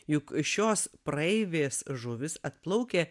juk šios praeivės žuvys atplaukia